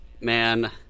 man